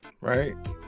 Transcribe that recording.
right